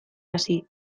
hasi